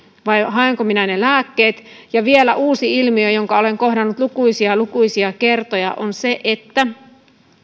vai haenko minä ne lääkkeet ja vielä uusi ilmiö jonka olen kohdannut lukuisia lukuisia kertoja on se että